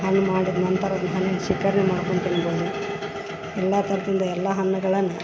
ಹಂಗೆ ಮಾಡಿದ ನಂತರ ಹಣ್ಣಿನ ಶೇಖರಣೆ ಮಾಡ್ಕೊಂಡು ತಿನ್ಬೋದು ಎಲ್ಲ ಥರ್ದಿಂದ ಎಲ್ಲ ಹಣ್ಣುಗಳನ್ನ